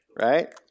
right